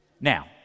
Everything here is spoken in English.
Now